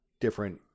different